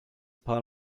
part